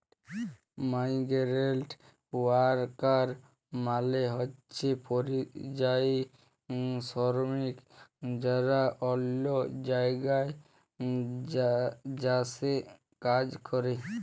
migrant worker মালে হছে পরিযায়ী শরমিক যারা অল্য জায়গায় যাঁয়ে কাজ ক্যরে